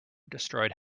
destroyed